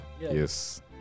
Yes